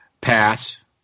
pass